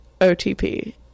OTP